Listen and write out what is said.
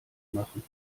machen